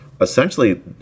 essentially